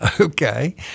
okay